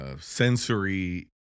sensory